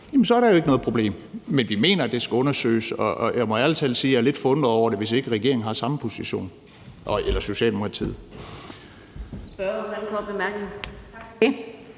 så er der jo ikke noget problem. Men vi mener, det skal undersøges. Og jeg må ærlig talt sige, at jeg er lidt forundret over det, hvis ikke Socialdemokratiet har samme position. Kl. 15:31 Fjerde